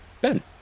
Ben